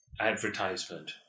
advertisement